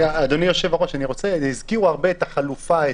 הזכירו הרבה את החלופה,